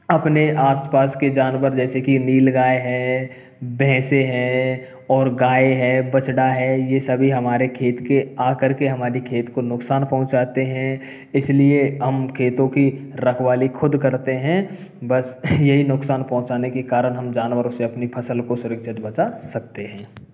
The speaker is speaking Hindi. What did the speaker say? अपने आस पास के जानवर जैसे कि नील गाय है भैंसे हैं और गाय हैं बछड़ा है ये सभी हमारे खेत में करके हमारे खेत को नुकसान पहुँचाते हैं इसलिए हम खेतों की रखवाली खुद करते हैं बस ये ही नुकसान पहुँचाने के कारण हम जानवरों से अपनी फसल को सुरक्षित बचा सकते हैं